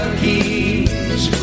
keys